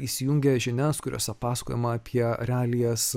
įsijungę žinias kuriose pasakojama apie realijas